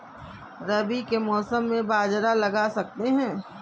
रवि के मौसम में बाजरा लगा सकते हैं?